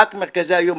רק מרכזי היום,